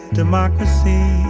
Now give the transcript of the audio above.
democracy